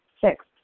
Six